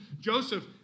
Joseph